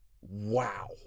Wow